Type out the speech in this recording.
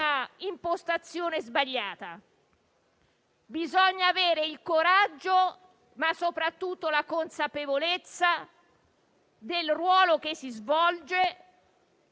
impostazione sbagliata. Bisogna avere il coraggio, ma soprattutto la consapevolezza e la dignità del ruolo che si svolge